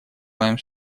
моем